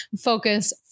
focus